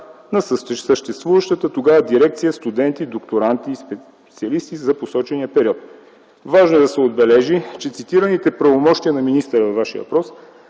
на съществуващата тогава дирекция „Студенти, докторанти и специалисти”. Важно е да се отбележи, че цитираните правомощия на министъра във Вашия въпрос